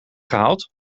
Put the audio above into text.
gehaald